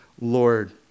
Lord